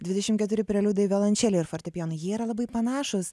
dvidešim keturi preliudai violončelei ir fortepijonui jie yra labai panašūs